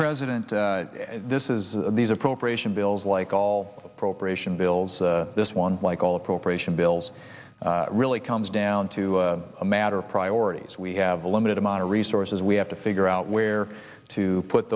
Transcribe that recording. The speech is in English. president this is these appropriation bills like all appropriation bills this one like all appropriation bills really comes down to a matter of priorities we have a limited amount of resources we have to figure out where to put